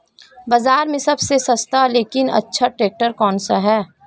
बाज़ार में सबसे सस्ता लेकिन अच्छा ट्रैक्टर कौनसा है?